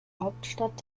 hauptstadt